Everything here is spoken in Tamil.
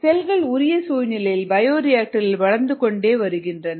செல்கள் உரிய சூழ்நிலையில் பயோரியாக்டரில் வளர்ந்து கொண்டே வருகின்றன